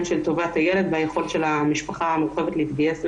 של טובת הילד והיכולת של המשפחה המורחבת להתגייס ולהיערך.